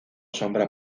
sombra